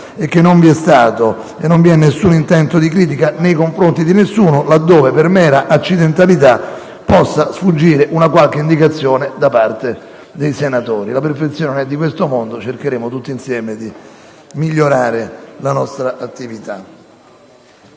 e che non vi è stato e non vi è alcun intento di critica nei confronti di nessuno, laddove, per mera accidentalità, possa sfuggire una qualche indicazione da parte dei senatori. La perfezione non è di questo mondo; cercheremo tutti insieme di migliorare la nostra attività.